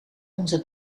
onze